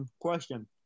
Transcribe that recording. question